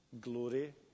glory